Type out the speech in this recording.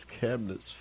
cabinet's